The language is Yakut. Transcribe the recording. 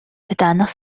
кытаанах